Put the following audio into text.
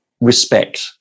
respect